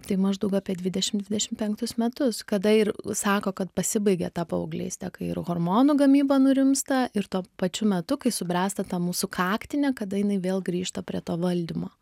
tai maždaug apie dvidešimt dvidešimt penktus metus kada ir sako kad pasibaigė ta paauglystė kai ir hormonų gamyba nurimsta ir tuo pačiu metu kai subręsta ta mūsų kaktinė kada jinai vėl grįžta prie to valdymo